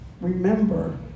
Remember